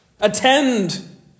Attend